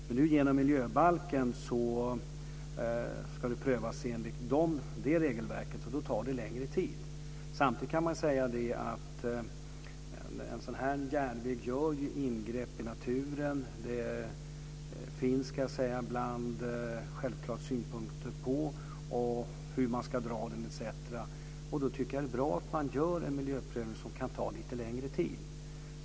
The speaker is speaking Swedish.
Men nu när miljöbalken har kommit ska det prövas enligt det regelverket, och då tar det längre tid. En sådan här järnväg gör ju ingrepp i naturen. Det finns självfallet synpunkter på hur man ska dra den etc. Då tycker jag att det är bra att man gör en miljöprövning som tar lite längre tid.